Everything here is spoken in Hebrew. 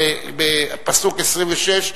פסוק 26,